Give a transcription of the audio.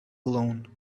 alone